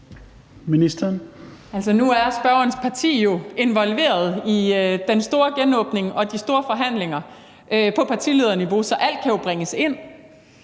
nu er spørgerens parti jo involveret i den store genåbning og de store forhandlinger på partilederniveau, så alt kan jo bringes ind.